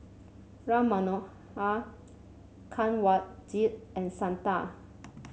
Ram Manohar Kanwaljit and Santha